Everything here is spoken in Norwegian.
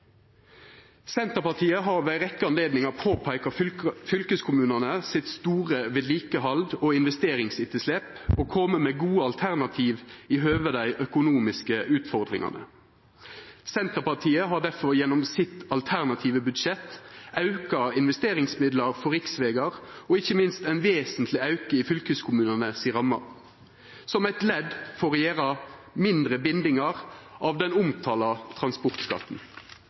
Senterpartiet har ved ei rekkje anledningar peikt på det store vedlikehalds- og investeringsetterslepet i fylkeskommunane og kome med gode alternativ med tanke på dei økonomiske utfordringane. Senterpartiet har difor gjennom sitt alternative budsjett auka investeringsmidlar for riksvegar og ikkje minst gjort ein vesentleg auke i ramma til fylkeskommunane, som eit ledd i å gjera mindre bindingar av den omtala transportskatten.